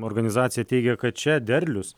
organizacija teigia kad čia derlius